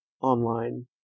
online